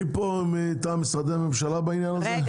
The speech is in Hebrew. מי פה מטעם משרדי הממשלה בעניין הזה?